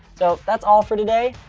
so that's all for today.